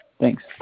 Thanks